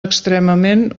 extremament